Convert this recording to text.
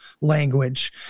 language